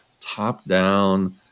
top-down